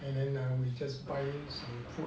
and then we just buy some food